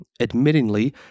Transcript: admittingly